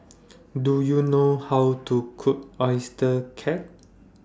Do YOU know How to Cook Oyster Cake